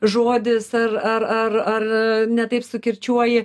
žodis ar ar ar ar ne taip sukirčiuoji